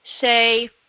say